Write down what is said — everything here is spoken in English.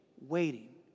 waiting